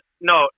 no